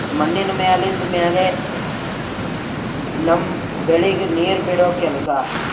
ಮಣ್ಣಿನ ಮ್ಯಾಲಿಂದ್ ಮ್ಯಾಲೆ ನಮ್ಮ್ ಬೆಳಿಗ್ ನೀರ್ ಬಿಡೋ ಕೆಲಸಾ